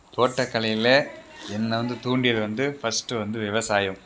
தோட்டக்கலையில் என்னை வந்து தூண்டியது வந்து ஃபஸ்ட்டு வந்து விவசாயம்